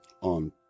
on